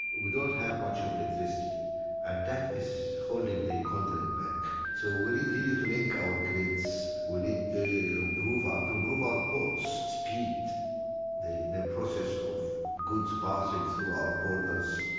we don't have much of electricity and that is holding the continent back. so we need really to link our grids, we need the improve our, to improve our ports, speed the the process of goods passing through our borders.